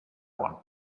one